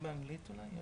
ג'בארין, בוקר טוב לכולם.